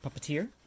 puppeteer